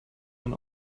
mein